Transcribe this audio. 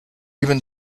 even